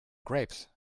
grapes